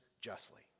justly